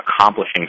accomplishing